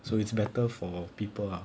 so it's better for people ah